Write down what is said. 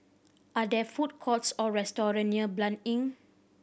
are there food courts or restaurant near Blanc Inn